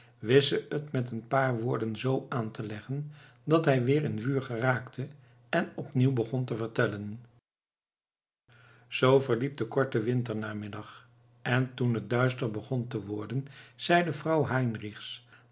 ze het met een paar woorden z aan te leggen dat hij weer in vuur geraakte en opnieuw begon te vertellen zoo verliep de korte winter namiddag en toen het duister begon te worden zeide vrouw heinrichs